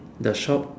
the shop